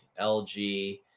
LG